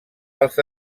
als